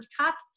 cups